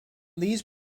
these